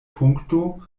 punkto